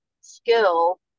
skill